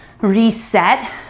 reset